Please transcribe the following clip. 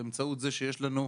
באמצעות זה שיש לנו,